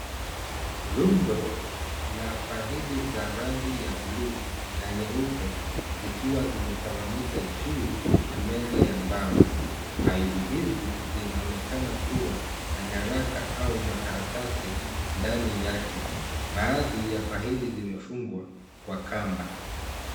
Rundo la faili za rangi ya buluu na nyeupe zikiwa zimetawanyika juu ya meza ya mbao. Faili hizi zinaonekana kuwa na nyaraka au makaratasi ndani yake. Baadhi ya faili zimefungwa kwa kamba.